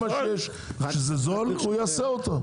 כל מה שזול הוא יעשה אותו.